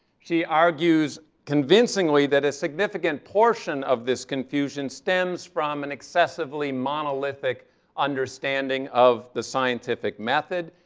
she argues convincingly that a significant portion of this confusion stems from an excessively monolithic understanding of the scientific method.